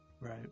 Right